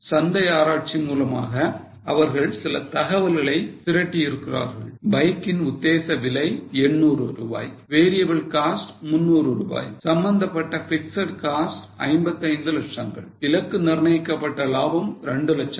சந்தை ஆராய்ச்சி மூலமாக அவர்கள் சில தகவல்களை திரட்டி இருக்கிறார்கள் பைக்கின் உத்தேசவிலை 800 variable cost is 300 சம்பந்தமான பிக்ஸட் காஸ்ட் 55 லட்சங்கள் இலக்கு நிர்ணயிக்கப்பட்ட லாபம் 2 லட்சங்கள்